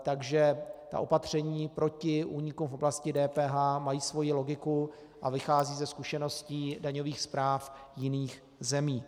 Takže ta opatření proti úniku v oblasti DPH mají svou logiku a vycházejí ze zkušeností daňových správ jiných zemí.